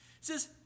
says